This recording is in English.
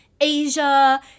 Asia